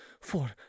for